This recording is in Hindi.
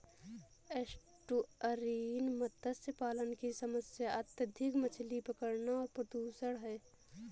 एस्टुअरीन मत्स्य पालन की समस्या अत्यधिक मछली पकड़ना और प्रदूषण है